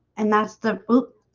and that's the boop